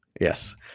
Yes